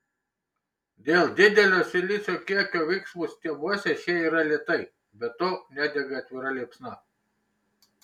dėl didelio silicio kiekio viksvų stiebuose šie yra lėtai be to nedega atvira liepsna